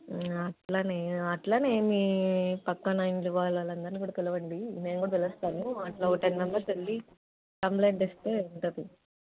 అలానే అలానే మీ పక్కన ఇండ్లు వాళ్ళనందదరినీ కూడా పిలవండి నేను కూడా పిలుస్తాను అలా ఒక టెన్ మెంబెర్స్ వెళ్ళి కంప్లెయింట్ ఇస్తే ఉంటుంది